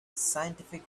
scientific